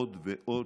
עוד ועוד,